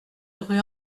rue